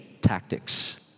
tactics